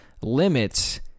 limits